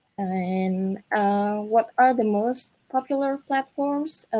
and what are the most popular platforms?